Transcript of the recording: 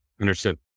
Understood